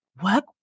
work